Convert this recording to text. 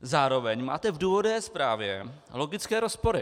Zároveň máte v důvodové zprávě logické rozpory.